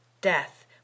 DEATH